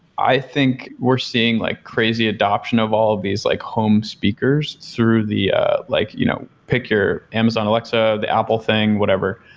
i think we're seeing like crazy adoption of all of these like home speakers through the ah like you know pick your amazon alexa, the apple thing, whatever,